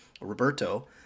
Roberto